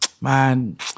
man